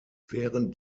während